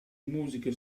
musica